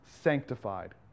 sanctified